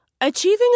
Achieving